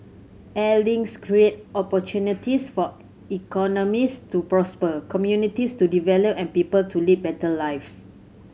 air links create opportunities for economies to prosper communities to develop and people to lead better lives